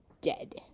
dead